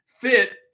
fit